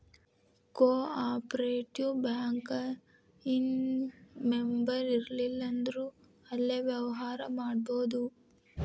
co operative bank ಇನ್ ಮೆಂಬರಿರ್ಲಿಲ್ಲಂದ್ರುನೂ ಅಲ್ಲೆ ವ್ಯವ್ಹಾರಾ ಮಾಡ್ಬೊದು